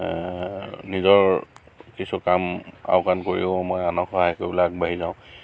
নিজৰ কিছু কাম আওকাণ কৰিও মই আনক সহায় কৰিবলৈ আগবাঢ়ি যাওঁ